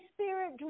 Spirit